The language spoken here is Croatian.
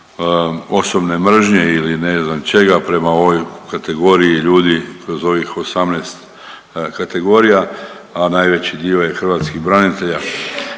osobne mržnje ili ne znam čega prema ovoj kategoriji ljudi kroz ovih 18 kategorija, a najveći dio je hrvatskih branitelja,